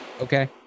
Okay